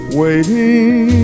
waiting